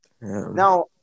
Now